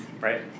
Right